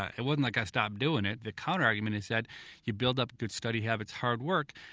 it wasn't like i stopped doing it. the counterargument is that you build up good study habits, hard work,